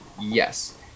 Yes